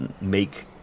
make